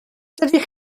dydych